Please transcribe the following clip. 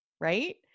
right